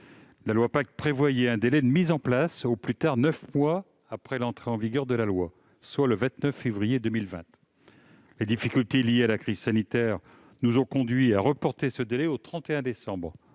la loi Pacte prévoyait la mise en place au plus tard neuf mois après l'entrée en vigueur de la loi, soit le 29 février 2020. Les difficultés liées à la crise sanitaire nous ont conduits à reporter ce délai au 31 décembre